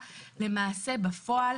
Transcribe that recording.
למעשה בפועל,